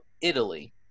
Italy